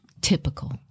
Typical